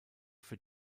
für